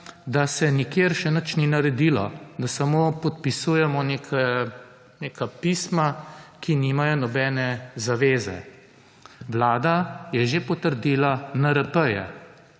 da se nikjer še nič ni naredilo, da samo podpisujemo neka pisma, ki nimajo nobene zaveze. Vlada je že potrdila NRP-je,